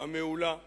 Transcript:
המעולה שבה,